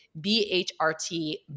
BHRT